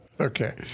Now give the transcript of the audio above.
Okay